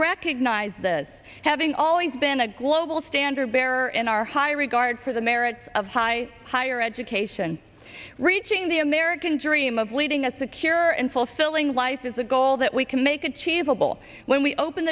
recognize this having always been a global standard bearer in our high regard for the merits of high higher education reaching the american dream of leading a secure and fulfilling life is a goal that we can make achievable when we open